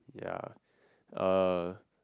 yeah uh